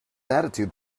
attitude